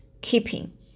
keeping